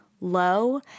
low